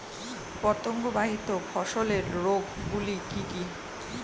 পতঙ্গবাহিত ফসলের রোগ গুলি কি কি?